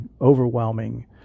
overwhelming